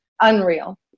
unreal